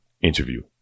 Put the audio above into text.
interview